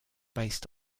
based